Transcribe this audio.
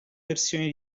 versioni